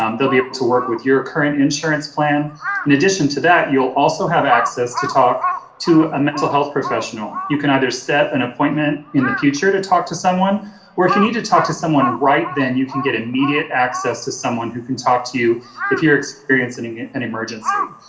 um they'll be able to work with your current insurance plan in addition to that you'll also have access to talk to a mental health professional. you can either set an appointment in the future to talk to someone or if you need to talk to someone right then you can get immediate access to someone who can talk to you if you're experiencing an emergency.